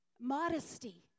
Modesty